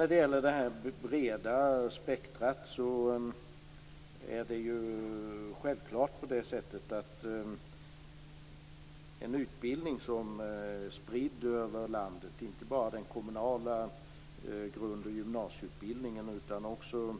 När det gäller det breda spektrumet är det självklart så att en utbildning som är spridd över landet, inte bara den kommunala grund och gymnasieutbildningen utan också